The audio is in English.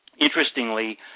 interestingly